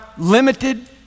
Limited